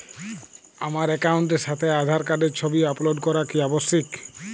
আমার অ্যাকাউন্টের সাথে আধার কার্ডের ছবি আপলোড করা কি আবশ্যিক?